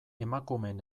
emakumeen